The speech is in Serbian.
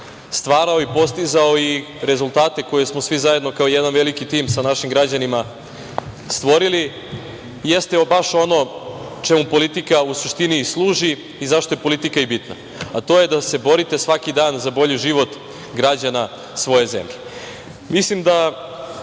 stvarao i postizao i rezultate koje smo svi zajedno kao jedan veliki tim sa našim građanima stvorili jeste baš ono čemu politika u suštini i služi i zašto je politika i bitna, a to je da se borite svaki dan za bolji život građana svoje zemlje. Mislim